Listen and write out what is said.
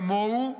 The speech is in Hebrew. כמוהו